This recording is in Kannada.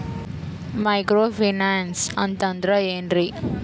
ಮೈಕ್ರೋ ಫೈನಾನ್ಸ್ ಅಂತಂದ್ರ ಏನ್ರೀ?